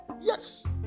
yes